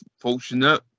fortunate